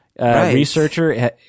researcher